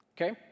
Okay